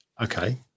okay